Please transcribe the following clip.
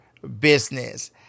business